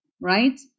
right